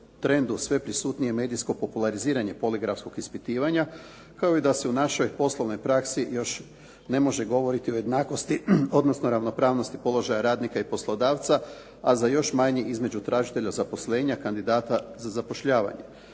sve prisutnije medijsko populariziranje poligrafskog ispitivanja kao i da se u našoj poslovnoj praksi još ne može govoriti o jednakosti odnosno ravnopravnosti položaja radnika i poslodavca a za još manje između tražitelja zaposlenja, kandidata za zapošljavanje.